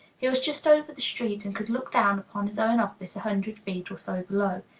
he was just over the street, and could look down upon his own office, a hundred feet or so below.